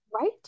right